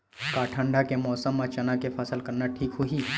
का ठंडा के मौसम म चना के फसल करना ठीक होही?